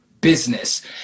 business